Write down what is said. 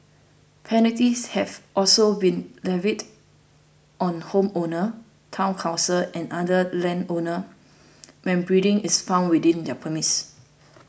penalties have also been levied on homeowners Town Councils and other landowners when breeding is found within their premises